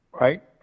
Right